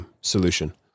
solution